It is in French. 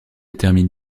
termine